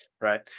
Right